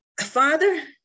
Father